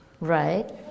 Right